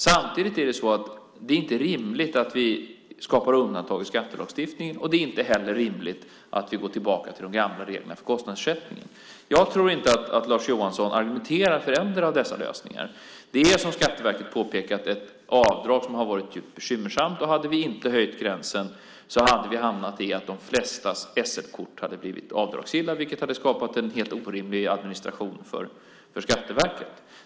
Samtidigt är det inte rimligt att vi skapar undantag i skattelagstiftningen, och det är inte heller rimligt att vi går tillbaka till de gamla reglerna för kostnadsersättning. Jag tror inte att Lars Johansson argumenterar för att ändra dessa lösningar. Det är som Skatteverket påpekat ett avdrag som har varit djupt bekymmersamt. Hade vi inte höjt gränsen hade vi hamnat i situationen att de flestas SL-kort hade blivit avdragsgilla, vilket hade skapat en helt orimlig administration för Skatteverket.